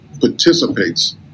participates